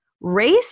race